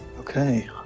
Okay